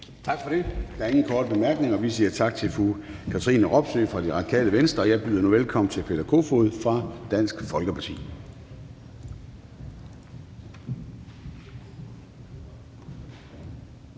Tak for det. Der er ingen korte bemærkninger. Vi siger tak til fru Katrine Robsøe fra Radikale Venstre. Jeg byder nu velkommen til hr. Peter Kofod fra Dansk Folkeparti.